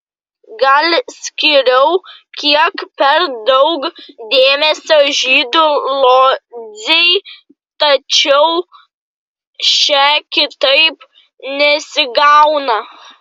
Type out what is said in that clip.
gal skyriau kiek per daug dėmesio žydų lodzei tačiau čia kitaip nesigauna